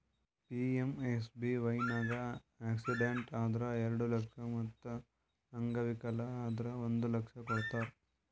PMSBY ನಾಗ್ accident ಆದುರ್ ಎರಡು ಲಕ್ಷ ಮತ್ ಅಂಗವಿಕಲ ಆದುರ್ ಒಂದ್ ಲಕ್ಷ ಕೊಡ್ತಾರ್